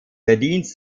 verdienst